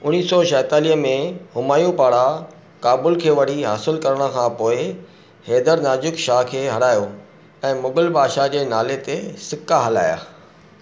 उणिवीह सौ छाहेतालीह में हुमायूं पारां काबुल खे वरी हासिलु करण खां पोइ हैदर नाज़ुक शाह खे हारायो ऐं मुग़ल बादिशाहु जे नाले ते सिका हलाया